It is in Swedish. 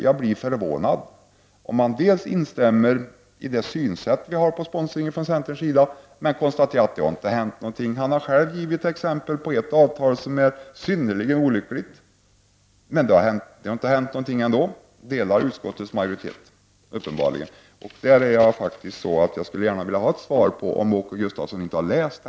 Jag blir förvånad om han instämmer i centerns syn på sponsring samtidigt som han konstaterar att det inte har hänt någonting. Han har själv givit exempel på ett avtal som är synnerligen olyckligt, men det har ändå inte hänt någonting. Jag skulle gärna vilja ha ett besked om Åke Gustavsson har läst detta stycke i betänkandet.